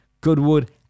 Goodwood